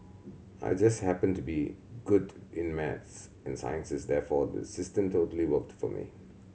I just happened to be good in maths and sciences therefore the system totally worked for me